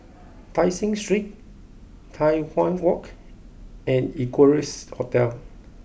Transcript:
Tai Seng Street Tai Hwan Walk and Equarius Hotel